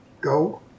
go